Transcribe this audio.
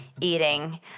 eating